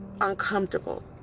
uncomfortable